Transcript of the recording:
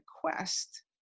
quest